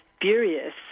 furious